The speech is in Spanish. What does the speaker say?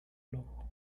lobo